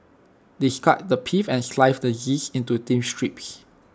discard the pith and slice the zest into thin strips